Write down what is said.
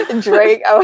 Drake